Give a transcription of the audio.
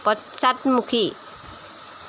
পশ্চাদমুখী